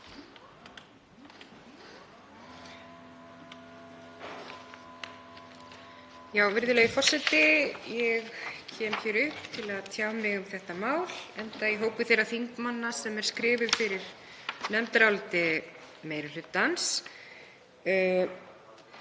Virðulegur forseti. Ég kem hér upp til að tjá mig um þetta mál enda í hópi þeirra þingmanna sem eru skrifaðir fyrir nefndaráliti meiri hlutans.